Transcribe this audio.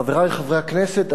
חברי חברי הכנסת,